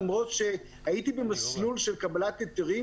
למרות שהייתי במסלול של קבלת היתרים,